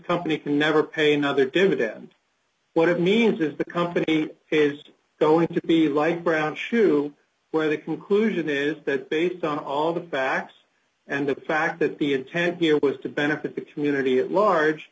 company can never pay another dividend what it means is the company is going to be like brown shoe where the conclusion is that based on all the facts and the fact that the intent here was to benefit the community at large